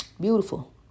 beautiful